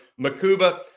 Makuba